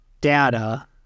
data